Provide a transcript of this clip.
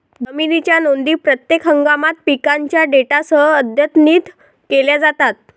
जमिनीच्या नोंदी प्रत्येक हंगामात पिकांच्या डेटासह अद्यतनित केल्या जातात